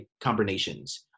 combinations